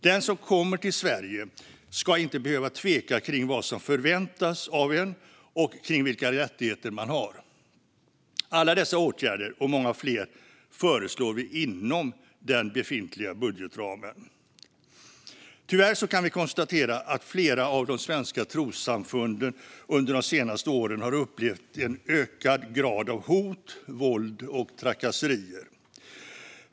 Den som kommer till Sverige ska inte behöva tveka om vad som förväntas av en och om vilka rättigheter man har. Alla dessa åtgärder och många fler föreslår vi inom den befintliga budgetramen. Tyvärr kan vi konstatera att flera av de svenska trossamfunden under de senaste åren har upplevt en ökad grad av hot, våld och trakasserier.